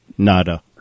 Nada